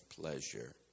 pleasure